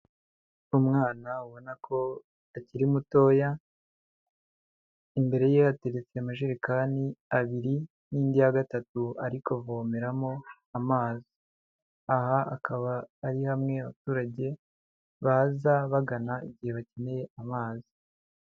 Umwana ubona ko akiri mutoya, imbere ye hateretse amajerekani abiri n'indi ya gatatu ari kuvomeramo amazi. Aha akaba ari hamwe abaturage baza bagana igihe bakeneye amazi.